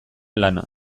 lana